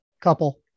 couple